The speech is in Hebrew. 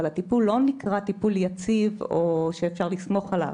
אבל הטיפול לא נקרא טיפול יציב או שאפשר לסמוך עליו.